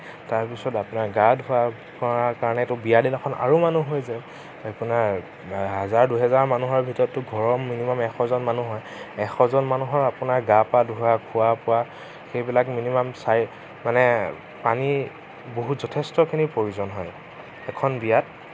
তাৰ পিছত আপোনাৰ গা ধোৱা কৰাৰ কাৰণেটো বিয়াৰ দিনাখন আৰু মানুহ হৈ যায় আপোনাৰ হাজাৰ দুহেজাৰ মানুহৰ ভিতৰতটো ঘৰৰ মিনিমাম এশজন মানুহ হয় এশজন মানুহৰ আপোনাৰ গা পা ধোৱা খোৱা বোৱা সেইবিলাক মিনিমাম মানে পানীৰ বহুত যথেষ্টখিনি প্ৰয়োজন হয় এখন বিয়াত